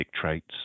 traits